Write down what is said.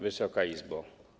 Wysoka Izbo!